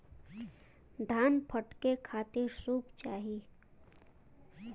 धान फटके खातिर सूप चाही